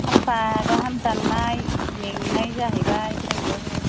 सानफा गाहाम दाननाय मेंनाय जाहैबाय जोंबो